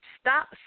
stop